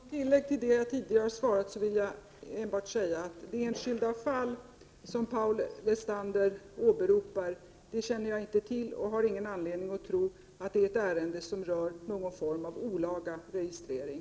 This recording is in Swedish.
Fru talman! Som ett tillägg till det jag tidigare har sagt vill jag bara säga, att jag inte känner till det enskilda fall som Paul Lestander åberopar. Jag har ingen anledning att tro att det är ett ärende som rör någon form av olaga registrering.